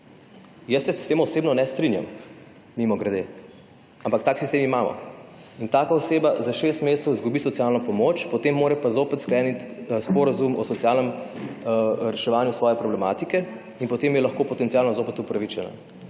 Jaz se s tem osebno ne strinjam, mimogrede, ampak tak sistem imamo. In taka oseba za 6 mesecev izgubi socialno pomoč, potem mora pa zopet skleniti sporazum o socialnem reševanju svoje problematike in potem je lahko potencialno zopet upravičena.